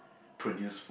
produce food